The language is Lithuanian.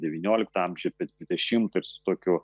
devynioliktą amžių apie dvidešimtą ir su tokiu